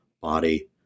body